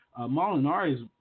Molinari's